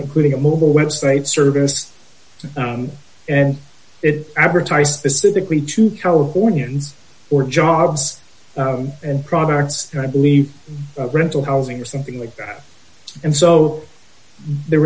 including a mobile website service and it advertised specifically to californians or jobs and products that i believe rental housing or something like that and so there